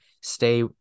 stay